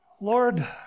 Lord